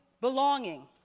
belonging